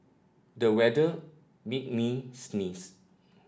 the weather made me sneeze